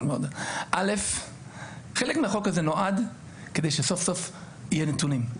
חלק מהחוק הזה נועד כדי שסוף סוף יהיה נתונים,